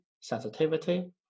sensitivity